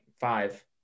five